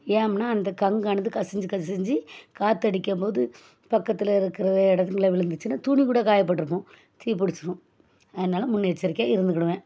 ஏன்னா அந்த கங்கானது கசிஞ்சு கசிஞ்சு காத்தடிக்கும் போது பக்கத்தில் இருக்கிற இடங்கள்ல விழுந்துச்சின்னா துணி கூட காய போட்டுருப்போம் தீ புடிச்சிடும் அதனால் முன்னெச்சரிக்கையாக இருந்துக்கிவேன்